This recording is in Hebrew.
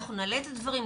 אנחנו נעלה את הדברים,